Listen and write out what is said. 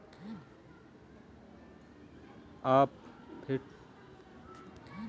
आप fiat money को सोने या चांदी से नहीं जोड़ सकते